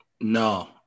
No